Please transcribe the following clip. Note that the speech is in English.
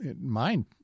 mind